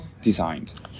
designed